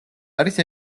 არის